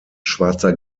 schwarzer